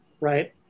Right